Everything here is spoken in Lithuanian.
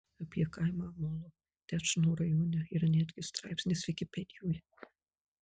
apie kaimą molodečno rajone yra netgi straipsnis vikipedijoje